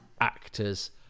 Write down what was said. actors